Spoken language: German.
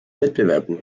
wettbewerben